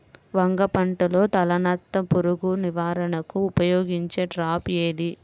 వంగ పంటలో తలనత్త పురుగు నివారణకు ఉపయోగించే ట్రాప్ ఏది?